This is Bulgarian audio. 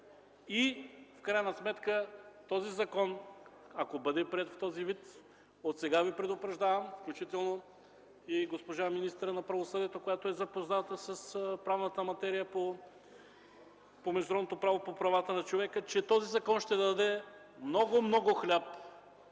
В крайна сметка, ако законът бъде приет в този вид, отсега Ви предупреждавам, включително и госпожа министъра на правосъдието, запозната с правната материя по международното право за правата на човека, че той ще даде много, много хляб